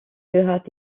gehört